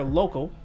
local